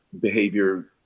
behavior